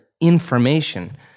information